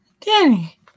Danny